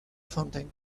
fountain